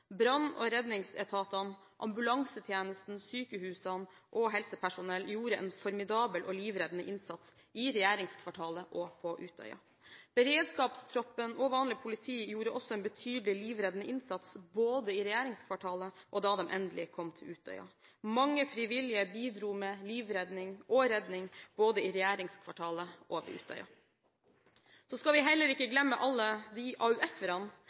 Brann- og redningsetatene, ambulansetjenesten, sykehusene og helsepersonell gjorde en formidabel og livreddende innsats i regjeringskvartalet og på Utøya. Beredskapstroppen og vanlig politi gjorde også en betydelig livreddende innsats, både i regjeringskvartalet og da de endelig kom til Utøya. Mange frivillige bidro med livredning og redning, både i regjeringskvartalet og på Utøya. Så skal vi heller ikke glemme alle de